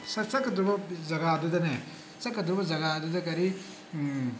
ꯆꯠꯀꯗꯣꯔꯤꯕ ꯖꯒꯥꯗꯨꯗꯅꯦ ꯆꯠꯀꯗꯧꯔꯤꯕ ꯖꯒꯥꯗꯨꯗ ꯀꯔꯤ